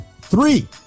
Three